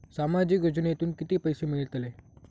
सामाजिक योजनेतून किती पैसे मिळतले?